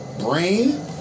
brain